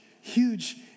huge